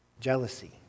Jealousy